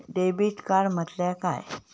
Debit card म्हटल्या काय?